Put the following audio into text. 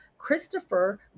Christopher